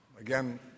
Again